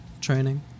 training